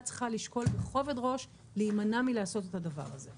צריכה לשקול בכובד ראש להימנע מלעשות את הדבר הזה.